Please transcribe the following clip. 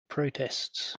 protests